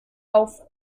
auf